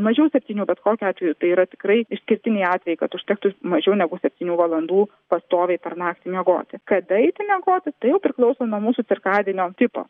mažiau septynių bet kokiu atveju tai yra tikrai išskirtiniai atvejai kad užtektų mažiau negu septynių valandų pastoviai per naktį miegoti kada eiti miegoti tai jau priklauso nuo mūsų cirkadinio tipo